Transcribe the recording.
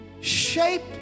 Shape